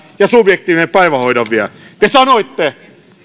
ja vie subjektiivisen päivähoidon te sanoitte